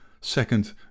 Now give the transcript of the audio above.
Second